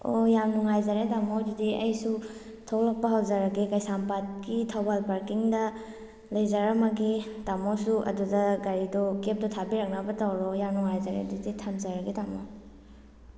ꯑꯣ ꯌꯥꯝ ꯅꯨꯡꯉꯥꯏꯖꯔꯦ ꯇꯥꯃꯣ ꯑꯗꯨꯗꯤ ꯑꯩꯁꯨ ꯊꯣꯛꯂꯛꯄ ꯍꯧꯖꯔꯒꯦ ꯀꯩꯁꯥꯝꯄꯥꯠꯀꯤ ꯊꯧꯕꯥꯜ ꯄꯥꯔꯀꯤꯡꯗ ꯂꯩꯖꯔꯝꯃꯒꯦ ꯇꯥꯃꯣꯁꯨ ꯑꯗꯨꯗ ꯒꯥꯔꯤꯗꯣ ꯀꯦꯞꯇꯣ ꯊꯥꯕꯤꯔꯛꯅꯕ ꯇꯧꯔꯣ ꯌꯥꯝ ꯅꯨꯡꯉꯥꯏꯖꯔꯦ ꯑꯗꯨꯗꯤ ꯊꯝꯖꯔꯒꯦ ꯇꯥꯃꯣ